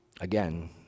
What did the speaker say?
again